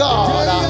God